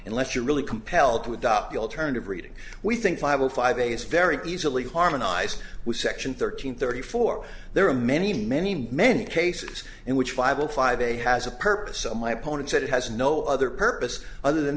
unless you're really compelled to adopt the alternative reading we think five or five days very easily harmonize with section thirteen thirty four there are many many many cases in which five o five a has a purpose so my opponent said it has no other purpose other than